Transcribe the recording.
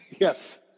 Yes